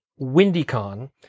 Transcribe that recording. WindyCon